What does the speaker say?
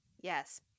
Yes